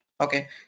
Okay